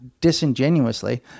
disingenuously